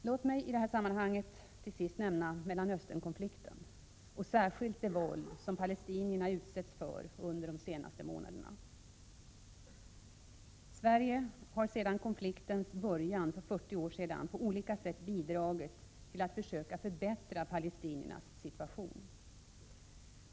Låt mig i detta sammanhang till sist nämna Mellanösternkonflikten och särskilt det våld som palestinierna utsatts för under de senaste månaderna. Sverige har sedan konfliktens början för 40 år sedan på olika sätt bidragit till att försöka förbättra palestiniernas situation.